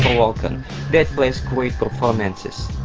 and that plays great performances.